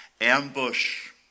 Ambush